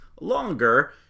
longer